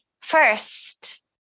First